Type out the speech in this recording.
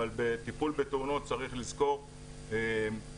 אבל בטיפול בתאונות צריך לזכור שמשטרת